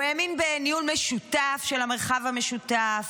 הוא האמין בניהול משותף של המרחב המשותף,